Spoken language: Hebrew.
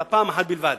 אלא פעם אחת בלבד,